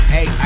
Hey